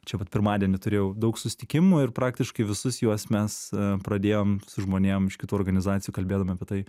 čia vat pirmadienį turėjau daug susitikimų ir praktiškai visus juos mes pradėjom su žmonėm iš kitų organizacijų kalbėdami apie tai